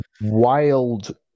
wild